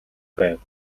байв